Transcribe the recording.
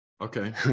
Okay